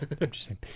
Interesting